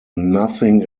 nothing